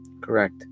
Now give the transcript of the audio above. Correct